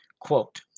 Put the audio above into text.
quote